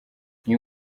uyu